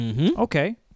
Okay